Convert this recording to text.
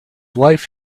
life